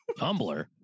tumblr